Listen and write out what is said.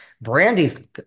Brandy's